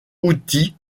outil